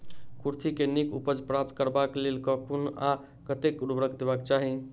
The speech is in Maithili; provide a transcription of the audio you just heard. कुर्थी केँ नीक उपज प्राप्त करबाक लेल केँ कुन आ कतेक उर्वरक देबाक चाहि?